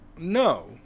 No